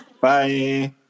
Bye